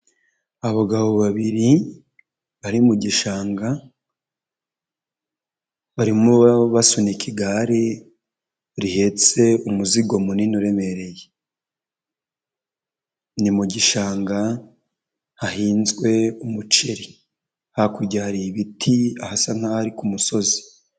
Abagabo babiri bari mu gishanga barimo basunika igare rihetse umuzigo munini uremereye, ni mu gishanga hahinzwe umuceri, hakurya hariti ahasa nk'aho ari ku musozi.